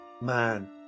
Man